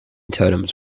totems